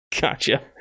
gotcha